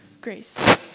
Grace